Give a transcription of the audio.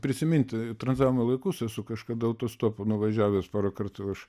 prisiminti tranzavimo laikus esu kažkada autostopu nuvažiavęs porą kartų aš